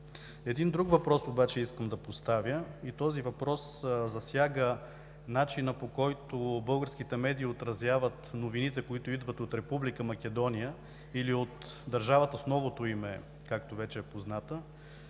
Един друг въпрос обаче искам да поставя и този въпрос засяга начина, по който българските медии отразяват новините, които идват от Република Македония, или от държавата с новото име, както вече е позната.